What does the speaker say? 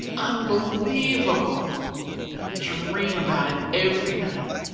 unbelievable i dream about it every night.